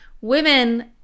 women